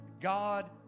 God